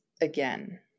again